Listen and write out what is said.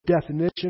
definition